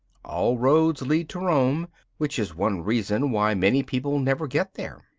all roads lead to rome which is one reason why many people never get there.